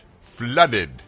flooded